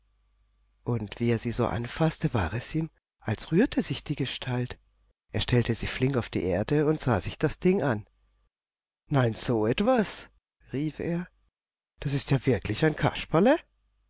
und wie er sie so anfaßte war es ihm als rühre sich die gestalt er stellte sie flink auf die erde und sah sich das ding an nein so etwas rief er das ist ja wirklich ein kasperle